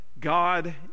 God